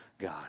God